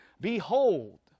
Behold